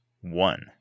one